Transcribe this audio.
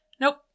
Nope